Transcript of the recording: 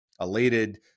elated